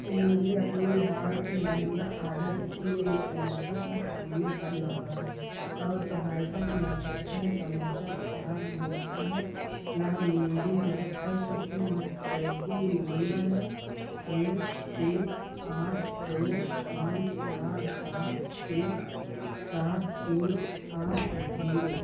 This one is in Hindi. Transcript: मुझे अपने हाल के लहंगा ऑर्डर में एक समस्या का सामना करना पड़ा और सहायता की आवश्यकता है समस्या ख़राब गुणवत्ता है क्या आप मेरी मदद कर सकते हैं यहाँ ट्रैकिंग नंबर है एक छः आठ दो पाँच चार सात छः सात एक आठ जीरो